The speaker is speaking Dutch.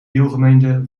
deelgemeente